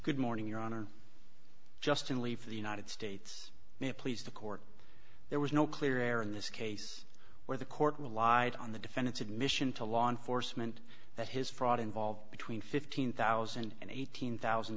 good morning your honor justin leave the united states may please the court there was no clear error in this case where the court relied on the defendant's admission to law enforcement that his fraud involved between fifteen thousand and eighteen thousand